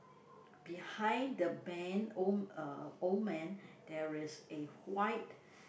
behind the man old uh old man there is a white